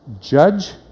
judge